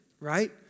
right